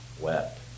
wept